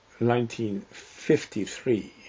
1953